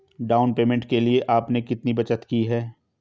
Down payment के लिए आपने कितनी बचत की है?